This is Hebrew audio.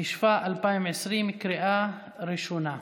התשפ"א 2020, בקריאה ראשונה.